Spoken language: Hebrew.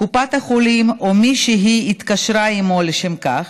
קופת החולים, או מי שהיא התקשרה עימו לשם כך,